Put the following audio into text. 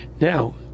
Now